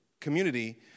community